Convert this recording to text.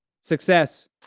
success